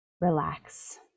relax